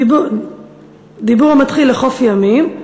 ד"ה "לחוף ימים":